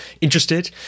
interested